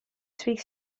speak